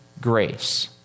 grace